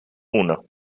uno